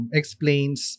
explains